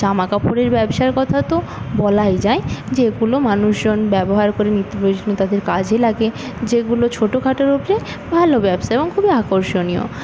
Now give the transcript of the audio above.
জামাকাপড়ের ব্যবসার কথা তো বলাই যায় যেগুলো মানুষজন ব্যবহার করে নিত্য প্রয়োজনীয় তাদের কাজে লাগে যেগুলো ছোটখাটোর উপরে ভালো ব্যবসা এবং খুবই আকর্ষণীয়